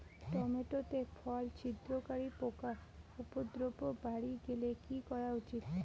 Tomato তে ফল ছিদ্রকারী পোকা উপদ্রব বাড়ি গেলে কি করা উচিৎ?